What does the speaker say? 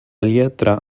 lletra